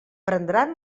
prendran